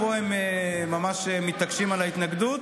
פה הם ממש מתעקשים על ההתנגדות,